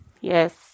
Yes